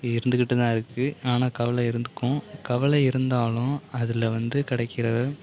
இருந்து கிட்டு தான் இருக்குது ஆனால் கவலையாக இருக்கும் கவலை இருந்தாலும் அதில் வந்து கிடைக்கிற